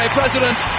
president